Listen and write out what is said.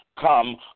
come